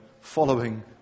following